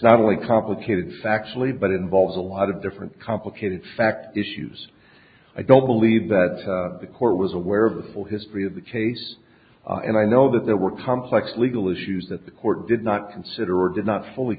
only complicated factually but it involves a lot of different complicated fact issues i don't believe that the court was aware of the full history of the case and i know that there were complex legal issues that the court did not consider or did not fully